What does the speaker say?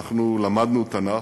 אנחנו למדנו תנ"ך,